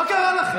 מה קרה לכם?